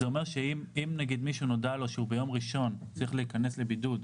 זה אומר שאם נודע למישהו שביום ראשון הוא צריך להיכנס לבידוד,